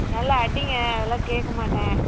நல்லா அடியுங்க அதலாம் கேட்க மாட்டேன்